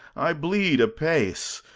i bleed apace.